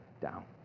down